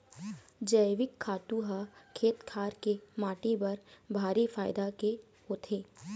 जइविक खातू ह खेत खार के माटी बर भारी फायदा के होथे